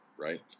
right